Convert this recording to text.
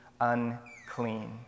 unclean